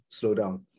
slowdown